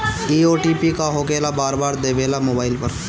इ ओ.टी.पी का होकेला बार बार देवेला मोबाइल पर?